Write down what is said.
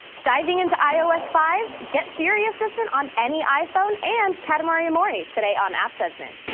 diving into ios five, get siri assistant on any iphone and katamari amore today on app judgment.